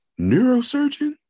neurosurgeon